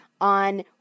on